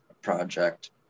project